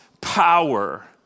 power